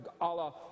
Allah